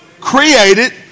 created